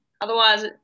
Otherwise